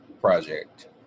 Project